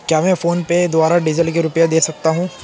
क्या मैं फोनपे के द्वारा डीज़ल के रुपए दे सकता हूं?